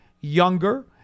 younger